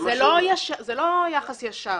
זה לא יחס ישר.